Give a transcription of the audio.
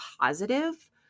positive